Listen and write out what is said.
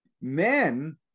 men